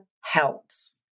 helps